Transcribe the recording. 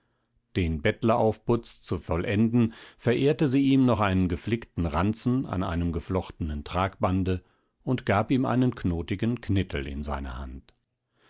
den bettleraufputz zu vollenden verehrte sie ihm noch einen geflickten ranzen an einem geflochtenen tragbande und gab ihm einen knotigen knittel in seine hand